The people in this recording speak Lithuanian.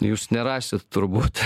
jūs nerasit turbūt